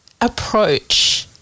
approach